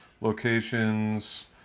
locations